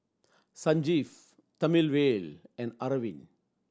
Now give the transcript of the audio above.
Sanjeev Thamizhavel and Arvind